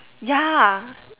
ya